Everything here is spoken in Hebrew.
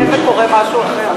חשבתי שאתה טועה ומקריא משהו אחר.